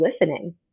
listening